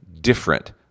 different